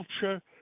culture